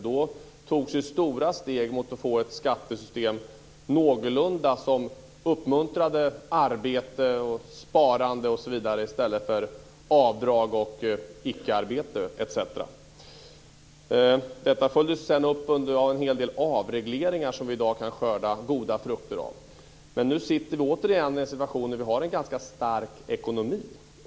Då togs ju stora steg för att få ett skattesystem som någorlunda uppmuntrade arbete, sparande, osv. i stället för avdrag och icke-arbete, etc. Detta följdes sedan upp av en hel del avregleringar som vi i dag kan skörda goda frukter av. Men nu befinner vi oss återigen i en situation då vi har en ganska stark ekonomi.